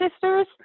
sisters